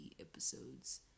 episodes